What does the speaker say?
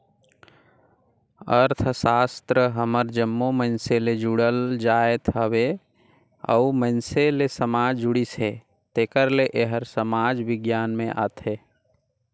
अर्थसास्त्र हर जम्मो मइनसे ले जुड़ल जाएत हवे अउ मइनसे ले समाज जुड़िस हे तेकर ले एहर समाज बिग्यान में आथे